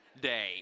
day